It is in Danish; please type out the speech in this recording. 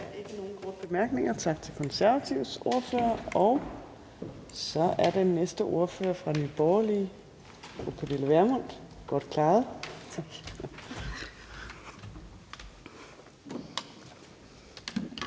Der er ikke nogen korte bemærkninger. Tak til Konservatives ordfører, og så er den næste ordfører fra Nye Borgerlige. Fru Pernille Vermund. Kl.